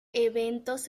eventos